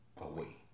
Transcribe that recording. away